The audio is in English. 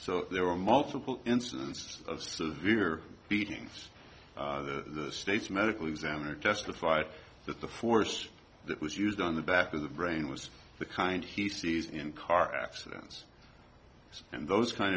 so there are multiple instances of severe beatings the state's medical examiner testified that the force that was used on the back of the brain was the kind he sees in car accidents and those kind